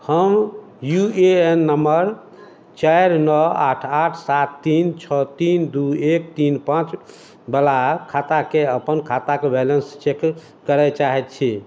हम U A N number चारि नओ आठ आठ सात तीन छओ तीन दू एक तीन पांच बला खाता के अपन खाताक बैलेंस चेक करय चाहैत छी